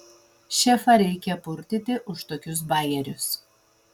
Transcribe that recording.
šefą reikia purtyti už tokius bajerius